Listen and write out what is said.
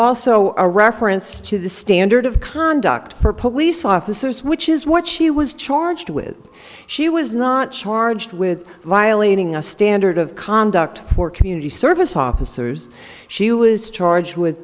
also a reference to the standard of conduct for police officers which is what she was charged with she was not charged with violating a standard of conduct for community service officers she was charged with